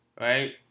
right